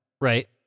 Right